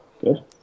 good